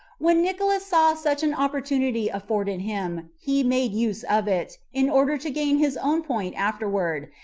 when nicolaus saw such an opportunity afforded him, he made use of it, in order to gain his own point afterward,